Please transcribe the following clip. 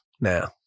now